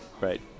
Right